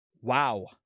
Wow